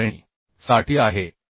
6श्रेणी साठी आहे